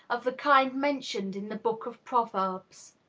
of the kind mentioned in the book of proverbs.